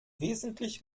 wesentlich